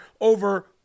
over